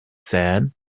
said